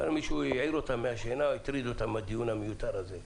אולי מישהו יעיר אותם מהשינה או שהטריד אותם הדיון המיותר הזה.